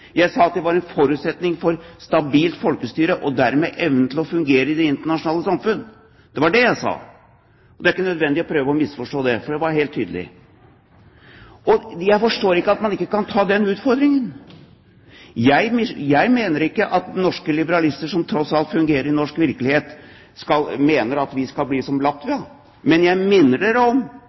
Jeg sa at de var en forutsetning for et stabilt folkestyre, og dermed for evnen til å fungere i det internasjonale samfunn. Det var det jeg sa. Det er ikke nødvendig å prøve å misforstå det, for det var helt tydelig. Jeg forstår ikke at man ikke kan ta den utfordringen. Jeg mener ikke at norske liberalister, som tross alt fungerer i norsk virkelighet, mener at vi skal bli som Latvia. Men jeg minner dere om